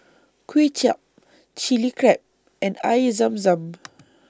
Kuay Chap Chilli Crab and Air Zam Zam